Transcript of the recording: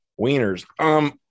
Wieners